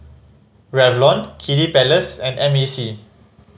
Revlon Kiddy Palace and M A C